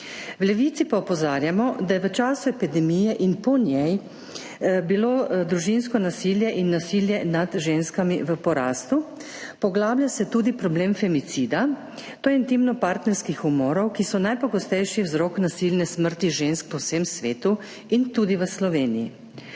V Levici pa opozarjamo, da je bilo v času epidemije in po njej družinsko nasilje in nasilje nad ženskami v porastu, poglablja se tudi problem femicida, to je intimnopartnerskih umorov, ki so najpogostejši vzrok nasilne smrti žensk po vsem svetu in tudi v Sloveniji.